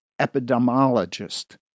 epidemiologist